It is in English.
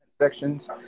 sections